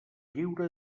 lliure